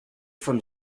from